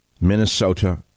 Minnesota